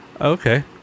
Okay